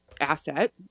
asset